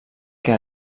que